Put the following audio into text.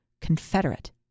Confederate